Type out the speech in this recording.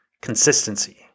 consistency